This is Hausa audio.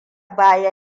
baya